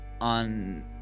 on